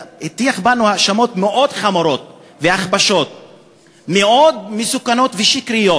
הטיח בנו האשמות מאוד חמורות והכפשות מאוד מסוכנות ושקריות.